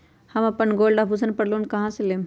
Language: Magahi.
हम अपन गोल्ड आभूषण पर लोन कहां से लेम?